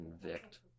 convict